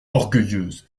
orgueilleuse